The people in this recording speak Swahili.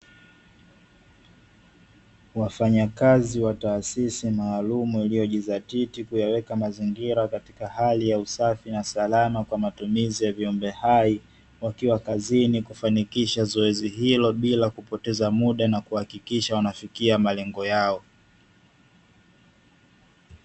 Wafanyakazi wa taasisi maalumu waliojizatiti kuyaweka mazingira katika hali ya usafi na salama kwa matumizi ya viumbe hai, wakiwa kazini kufanikisha zoezi hilo bila kupoteza muda na kuhakikisha wanafikia malengo yao.